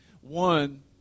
One